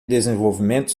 desenvolvimento